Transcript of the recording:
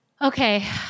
Okay